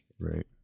Right